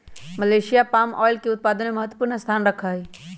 Malaysia palm oil के उत्पादन में महत्वपूर्ण स्थान रखा हई